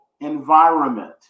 environment